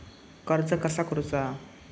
कर्ज कसा करूचा?